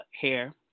hair